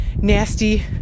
nasty